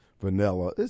vanilla